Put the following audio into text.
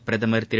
பிரதமர் திரு